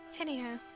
Anyhow